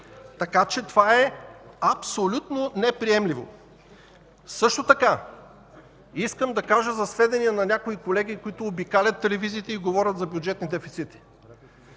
Така че това е абсолютно неприемливо! Също така искам да кажа за сведение на някои колеги, които обикалят телевизиите и говорят за бюджетни дефицити.